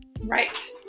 Right